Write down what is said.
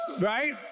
right